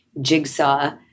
jigsaw